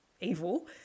evil